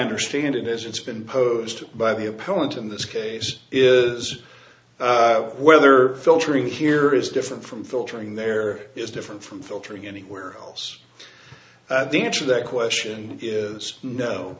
understand it as it's been posed by the opponent in this case is whether filtering here is different from filtering there is different from filtering anywhere else that question is no